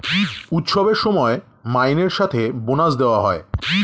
উৎসবের সময় মাইনের সাথে বোনাস দেওয়া হয়